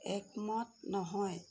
একমত নহয়